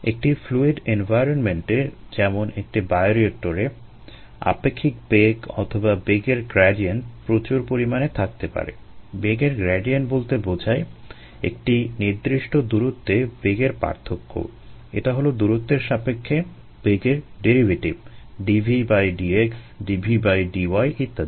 একটি ফ্লুইড এনভায়রনমেন্টে dvdx dvdy ইত্যাদি